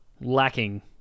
lacking